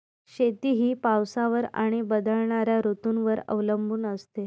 शेती ही पावसावर आणि बदलणाऱ्या ऋतूंवर अवलंबून असते